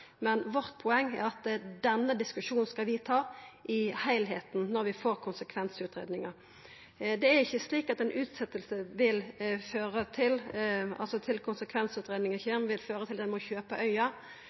men vårt poeng er at den diskusjonen skal vi ta i heilskapen når vi får konsekvensutgreiinga. Det er ikkje slik at ei utsetjing til konsekvensutgreiinga kjem, vil føra til